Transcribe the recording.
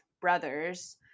brothers